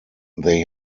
they